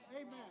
Amen